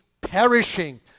perishing